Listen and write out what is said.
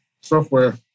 software